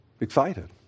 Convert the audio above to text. excited